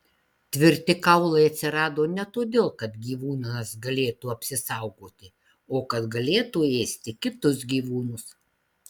tvirti kaulai atsirado ne todėl kad gyvūnas galėtų apsisaugoti o kad galėtų ėsti kitus gyvūnus